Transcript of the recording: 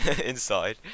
inside